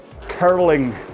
curling